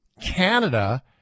Canada